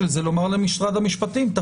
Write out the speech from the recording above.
בשל מבחינת הרבה צרכים של השותפים --- יש